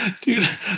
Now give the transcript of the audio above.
dude